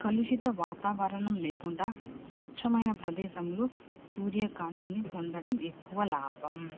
కలుషిత వాతావరణం లేకుండా స్వచ్ఛమైన ప్రదేశంలో సూర్యకాంతిని పొందడం ఎక్కువ లాభం